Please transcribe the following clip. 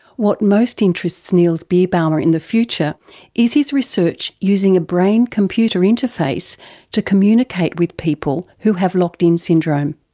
what most interests niels birbaumer in the future is his research using a brain-computer interface to communicate with people who have locked-in syndrome.